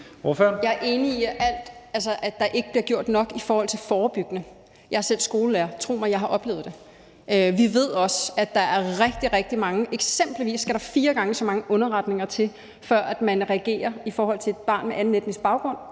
Jeg er enig i, at der ikke bliver gjort nok i forhold til forebyggelse. Jeg er selv skolelærer, tro mig, jeg har oplevet det. Vi ved også, at der eksempelvis skal fire gange så mange underretninger til, før man reagerer i forbindelse med et barn med anden etnisk baggrund,